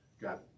got